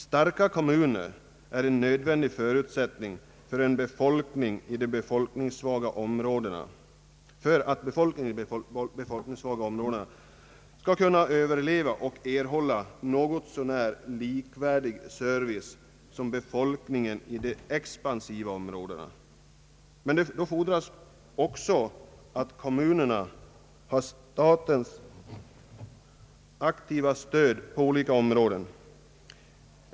Starka kommuner är en förutsättning för att människorna i de befolkningssvaga områdena skall kunna överleva och erhålla en något så när likvärdig service som befolkningen i de expansiva områdena. Men då fordras det också att kommunerna har statens aktiva stöd på olika områden.